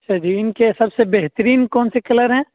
اچھا جی ان کے سب سے بہترین کون سے کلر ہیں